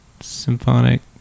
Symphonic